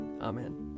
Amen